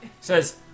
Says